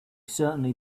certainly